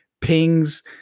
pings